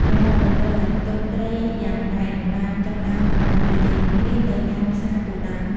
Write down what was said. រ៉ឺម៉កម៉ូតូ ដែលផ្ទុកត្រីយ៉ាងណែនបានចាប់ផ្តើមប្រណាំងប្រជែងគ្នាទៅកាន់ផ្សារគោលដៅ។